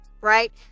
right